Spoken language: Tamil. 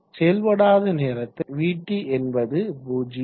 செயல்படாத நேரத்தில் vt என்பது 0